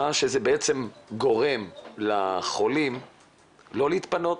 מה שגורם לחולים לא להתפנות.